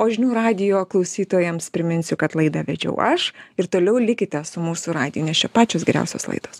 o žinių radijo klausytojams priminsiu kad laidą vedžiau aš ir toliau likite su mūsų radiju nes čia pačios geriausios laidos